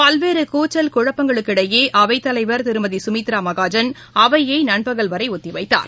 பல்வேறுகூச்சல் குழப்பங்களுக்கும் இடையேஅவைத் தலைவர் திருமதிசுமித்ராமகாஜன் அவையைநண்பகல் வரைஒத்திவைத்தார்